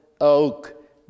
oak